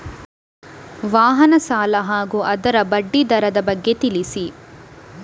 ವಾಹನ ಸಾಲ ಹಾಗೂ ಅದರ ಬಡ್ಡಿ ದರದ ಬಗ್ಗೆ ತಿಳಿಸಿ?